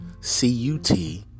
c-u-t